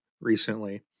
recently